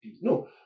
No